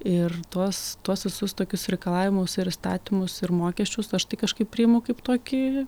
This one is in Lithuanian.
ir tuos tuos visus tokius reikalavimus ir įstatymus ir mokesčius aš aš kaip priimu kaip tokį